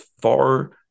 far